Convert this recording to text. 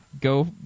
Go